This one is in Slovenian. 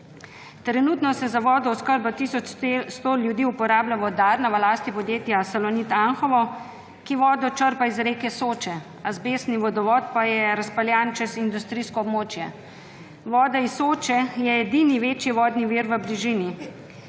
Trenutno se za vodooskrbo tisoč 100 ljudi uporablja vodarna v lasti podjetja Salonit Anhovo, ki vodo črpa iz reke Soče, azbestni vodovod pa je razpeljan čez industrijsko območje. Voda iz Soče je edini veči vodni vir v bližini.